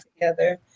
together